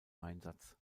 einsatz